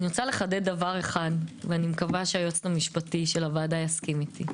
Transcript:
אני רוצה לחדד דבר אחד ואני מקווה שהיועץ המשפטי של הוועדה יסכים איתי.